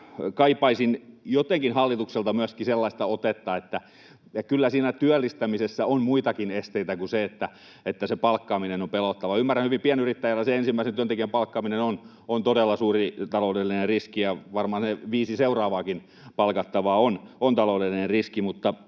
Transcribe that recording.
kaipaisin jotenkin hallitukselta myöskin sellaista otetta, että kyllä siinä työllistämisessä on muitakin esteitä kuin se, että palkkaaminen on pelottavaa. Ymmärrän hyvin, että pienyrittäjälle ensimmäisen työntekijän palkkaaminen on todella suuri taloudellinen riski, ja varmaan ne viisi seuraavaakin palkattavaa ovat taloudellinen riski,